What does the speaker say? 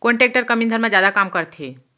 कोन टेकटर कम ईंधन मा जादा काम करथे?